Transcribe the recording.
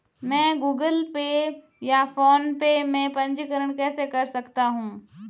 मैं Google Pay या PhonePe में पंजीकरण कैसे कर सकता हूँ?